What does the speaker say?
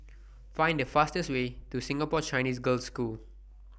Find The fastest Way to Singapore Chinese Girls' School